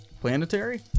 Planetary